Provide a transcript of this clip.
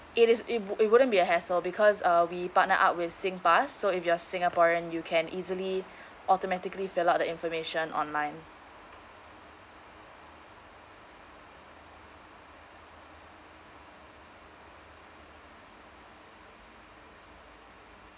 it is it wou~ it wouldn't be a hassle because uh we partnered up with SingPass so if you're singaporean you can easily automatically fill up the information online